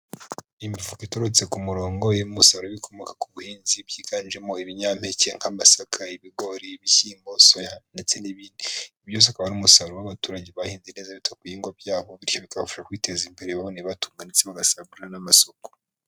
Imifuka iturutse ku murongo, irimo umusaruro w'ibikomoka ku buhinzi byiganjemo ibinyampeke nk'amasaka, ibigori, ibishyimbo, soya ndetse n'ibindi. Ibyo byose akaba ari umusaruro w'abaturage bahinze neza bita ku bihingwa byabo, bityo bikabafasha kwiteza imbere babona ibibatunga ndetse bagasagurira n'amasoko.